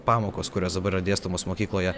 pamokos kurios dabar yra dėstomos mokykloje